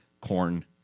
corn